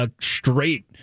straight